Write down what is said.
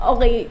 Okay